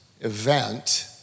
event